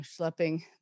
schlepping